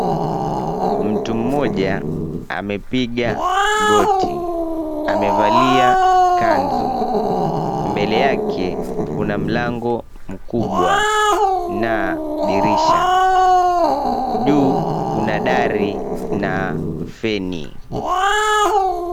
Mtu mmoja amepiga goti. Amevalia kanzu. Mbele yake kuna mlango mkubwa na dirisha. Juu kuna dari na feni.